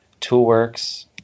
Toolworks